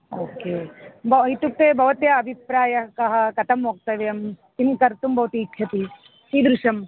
okay ब इत्युक्ते भवत्याः अभिप्रायः कः कथं वक्तव्यं किं कर्तुं भवती इच्छति कीदृशं